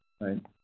right